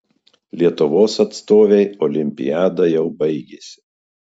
lietuvos atstovei olimpiada jau baigėsi